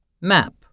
Map